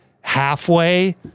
halfway